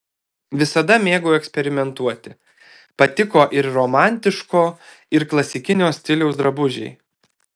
visada mėgau eksperimentuoti patiko ir romantiško ir klasikinio stiliaus drabužiai